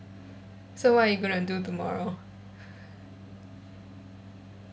so what are you gonna do tomorrow